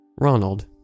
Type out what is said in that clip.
Ronald